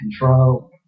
control